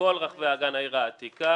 אנחנו יכולים להעביר רשימה.